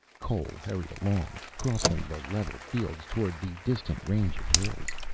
cole hurried along, crossing the level fields toward the distant range of hills.